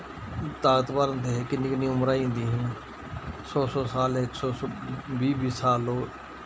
ताकतवर होंदे हे किन्नी किन्नी उमरां होई जंदियां हियां सौ सौ साल इक सौ इक सौ बीह् बीह् साल